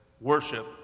worship